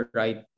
right